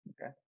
Okay